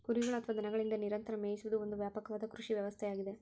ಕುರಿಗಳು ಅಥವಾ ದನಗಳಿಂದ ನಿರಂತರ ಮೇಯಿಸುವುದು ಒಂದು ವ್ಯಾಪಕವಾದ ಕೃಷಿ ವ್ಯವಸ್ಥೆಯಾಗಿದೆ